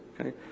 Okay